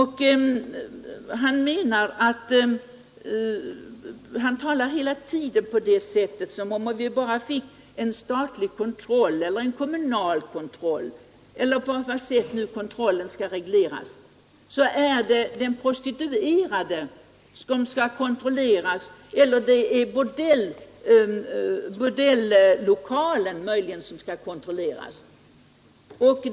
Han talar hela tiden som om han menade att det vid en statlig eller kommunal kontroll alltid är den prostituerade eller möjligen bordellokalen som skall kontrolleras.